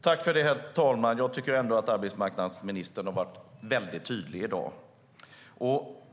Herr talman! Jag tycker ändå att arbetsmarknadsministern har varit väldigt tydlig i dag.